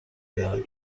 دارد